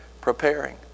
preparing